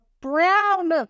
brown